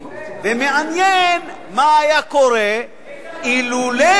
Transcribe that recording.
ומעניין מה היה קורה אילולא,